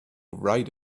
write